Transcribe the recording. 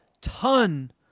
ton